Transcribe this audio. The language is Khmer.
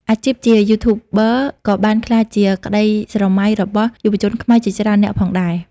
អាជីពជា Youtuber ក៏បានក្លាយជាក្តីស្រមៃរបស់យុវជនខ្មែរជាច្រើននាក់ផងដែរ។